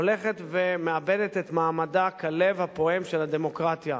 הולכת ומאבדת את מעמדה כלב הפועם של הדמוקרטיה.